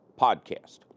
podcast